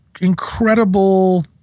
incredible